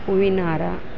ಹೂವಿನಹಾರ